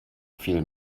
fiel